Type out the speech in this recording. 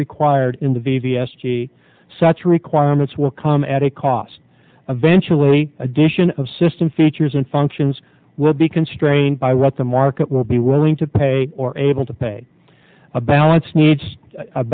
required in the v v s t such requirements will come at a cost eventual the addition of system features and functions will be constrained by what the market will be willing to pay or able to pay a balance needs a